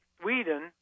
Sweden